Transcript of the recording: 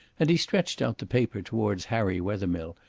and he stretched out the paper towards harry wethermill,